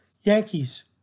Yankees